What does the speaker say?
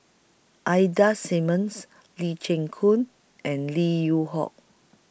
Ida Simmons Lee Chin Koon and Lim Yew Hock